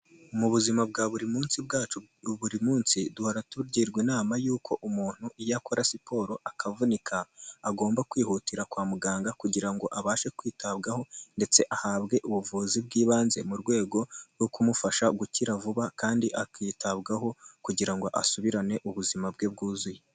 Mu buzima bwa buri munsi bwacu buri munsi duhora tugirwa inama y'uko umuntu iyo akora siporo akavunika agomba kwihutira kwa muganga, kugira ngo abashe kwitabwaho ndetse ahabwe ubuvuzi bw'ibanze, mu rwego rwo kumufasha gukira vuba kandi akitabwaho kugira ngo asubirane ubuzima bwe bwuzuye.